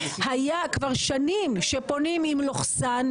היה כבר שנים שפונים עם לוכסן,